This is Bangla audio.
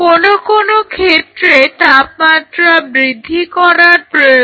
কোনো কোনো ক্ষেত্রে তাপমাত্রা বৃদ্ধি করার প্রয়োজন পড়বে